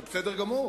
זה בסדר גמור.